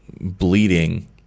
bleeding